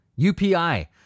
UPI